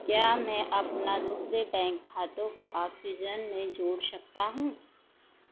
क्या मैं अपना दूसरे बैंक खातों को ऑक्सीजन में जोड़ सकता हूँ